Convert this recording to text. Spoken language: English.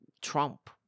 Trump